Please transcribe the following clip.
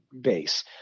base